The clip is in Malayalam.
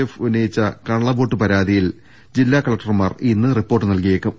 എഫ് ഉന്നയിച്ച കള്ളവോട്ട് പരാതിയിൽ ജില്ലാ കലക്ടർമാർ ഇന്ന് റിപ്പോർട്ട് നൽകിയേക്കും